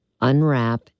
unwrap